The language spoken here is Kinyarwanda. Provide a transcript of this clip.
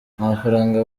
amafaranga